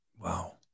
Wow